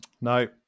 No